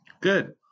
Good